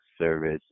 service